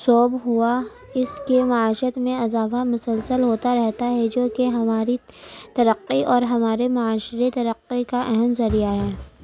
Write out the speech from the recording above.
سوب ہوا اس کے معیشت میں اضافہ مسلسل ہوتا رہتا ہے جوکہ ہماری ترقی اور ہمارے معاشرے ترقی کا اہم ذریعہ ہے